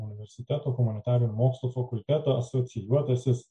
universiteto humanitarinių mokslų fakulteto asocijuotasis